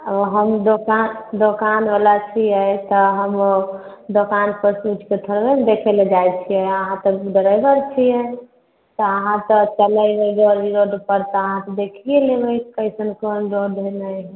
ओ हम दोकान दोकानवला छिए तऽ हम दोकानपरसँ उठिकऽ थोड़हि देखैलए जाइ छिए अहाँ तऽ डराइवर छिए तऽ अहाँ तऽ चलेबै जब रोडपर तऽ अहाँ तऽ देखिए लेबै कइसन कोन रोड हइ नहि हइ